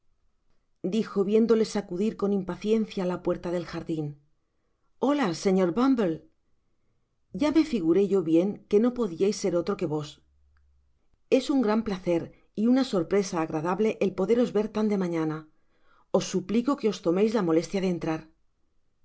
dijo viéndole sacudir con impaciencia la puerta del jardin ola señor bumble ya me figuré yo bien que no podiais ser otro que vos es gran placer y una sorpresa agradable el poderos ver tan de mañana os suplico que os tomeis la molestia de entrar